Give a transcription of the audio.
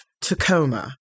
Tacoma